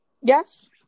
Yes